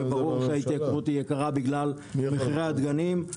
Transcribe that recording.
וברור שההתייקרות היא יקרה בגלל מחירי הדגנים.